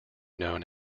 known